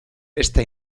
esta